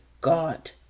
God